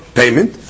payment